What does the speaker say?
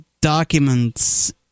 documents